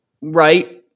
Right